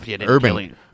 Urban